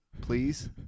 Please